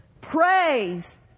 Praise